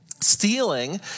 Stealing